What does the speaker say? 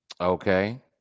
okay